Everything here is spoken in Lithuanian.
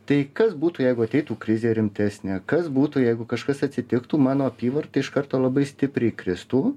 tai kas būtų jeigu ateitų krizė rimtesnė kas būtų jeigu kažkas atsitiktų mano apyvarta iš karto labai stipriai kristų